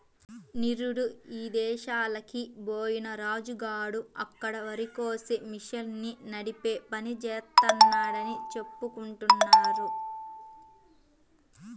నిరుడు ఇదేశాలకి బొయ్యిన రాజు గాడు అక్కడ వరికోసే మిషన్ని నడిపే పని జేత్తన్నాడని చెప్పుకుంటున్నారు